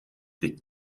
des